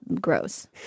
gross